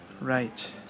Right